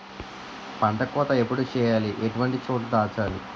పంట కోత ఎప్పుడు చేయాలి? ఎటువంటి చోట దాచాలి?